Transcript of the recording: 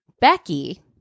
Becky